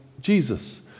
Jesus